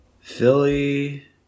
Philly